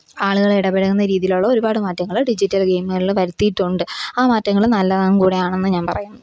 ആളുകളിടപഴകുന്ന രീതിയിലുള്ള ഒരുപാട് മാറ്റങ്ങൾ ഡിജിറ്റല് ഗെയിമുകളിൽ വരുത്തിയിട്ടുണ്ട് ആ മാറ്റങ്ങൾ നല്ലതും കൂടെയാണെന്നു ഞാന് പറയും